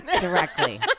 directly